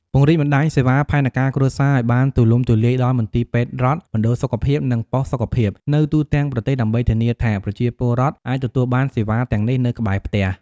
ពង្រីកបណ្ដាញសេវាផែនការគ្រួសារឱ្យបានទូលំទូលាយដល់ មន្ទីរពេទ្យរដ្ឋ មណ្ឌលសុខភាព និងប៉ុស្តិ៍សុខភាព នៅទូទាំងប្រទេស ដើម្បីធានាថាប្រជាពលរដ្ឋអាចទទួលបានសេវាទាំងនេះនៅក្បែរផ្ទះ ។